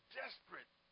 desperate